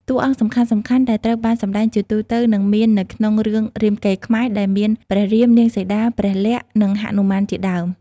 តួអង្គសំខាន់ៗដែលត្រូវបានសម្ដែងជាទូទៅគឺមាននៅក្នុងរឿងរាមកេរ្តិ៍ខ្មែរ ដែលមានព្រះរាម នាងសីតា ព្រះលក្សណ៍ និងហនុមានជាដើម។